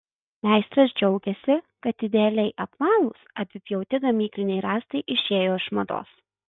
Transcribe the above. meistras džiaugiasi kad idealiai apvalūs apipjauti gamykliniai rąstai išėjo iš mados